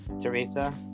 Teresa